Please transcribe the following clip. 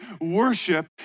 worship